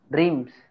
Dreams